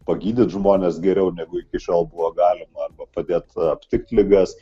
pagydyti žmones geriau negu iki šiol buvo galima arba padėt aptikt ligas